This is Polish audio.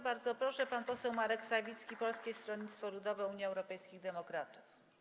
Bardzo proszę, pan poseł Marek Sawicki, Polskie Stronnictwo Ludowe - Unia Europejskich Demokratów.